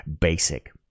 basic